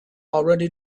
already